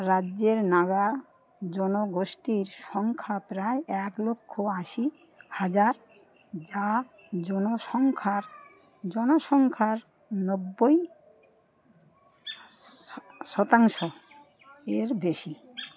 রাজ্যের নাগা জনগোষ্ঠীর সংখ্যা প্রায় এক লক্ষ আশি হাজার যা জনসংখ্যার জনসংখ্যার নব্বই শতাংশ এর বেশি